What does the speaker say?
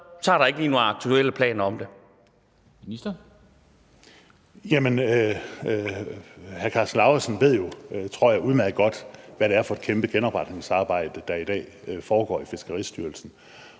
fødevarer, fiskeri og ligestilling (Mogens Jensen): Hr. Karsten Lauritzen ved jo, tror jeg, udmærket godt, hvad det er for et kæmpe genopretningsarbejde, der i dag foregår i Fiskeristyrelsen.